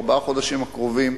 ארבעת החודשים הקרובים,